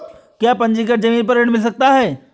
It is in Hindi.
क्या पंजीकरण ज़मीन पर ऋण मिल सकता है?